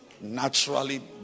naturally